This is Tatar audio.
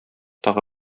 тагы